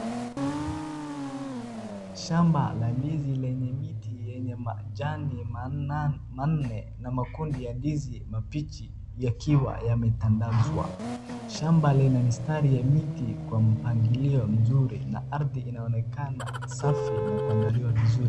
Shamba la ndizi lenye miti yenye majani manne na makundi ya ndizi mabichi yakiwa yametandazwa. Shamba lenye mistari ya miti kwa mipangilio mzuri na ardhi inaonekana safi na kuangaliwa vizuri.